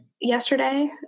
yesterday